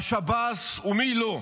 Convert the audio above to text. השב"ס ומי לא.